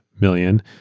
million